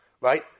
right